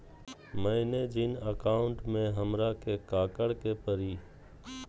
मैंने जिन अकाउंट में हमरा के काकड़ के परी?